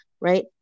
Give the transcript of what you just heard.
right